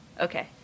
Okay